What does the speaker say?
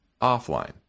offline